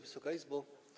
Wysoka Izbo!